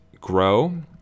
grow